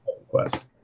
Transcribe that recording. request